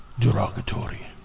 derogatory